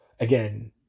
Again